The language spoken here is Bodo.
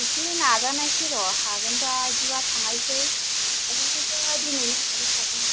इसे नाजानायसै र' हागोन बायदिबा थांनायसै साइखेलखौथ' दिनैनो लाबोखागोन